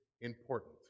important